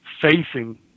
facing